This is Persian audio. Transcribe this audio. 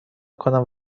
کنم